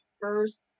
first